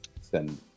send